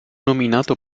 nominato